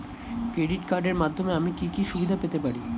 Credit কার্ডের মাধ্যমে আমি কি কি সুবিধা পেতে পারি?